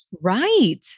Right